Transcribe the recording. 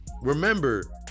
Remember